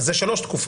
אם כן, שלוש תקופות.